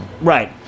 right